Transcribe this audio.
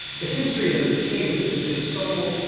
the history of this case is is so,